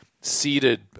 seated